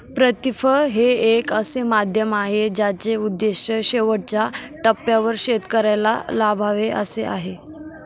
प्रतिफळ हे एक असे माध्यम आहे ज्याचे उद्दिष्ट शेवटच्या टप्प्यावर शेतकऱ्याला लाभावे असे आहे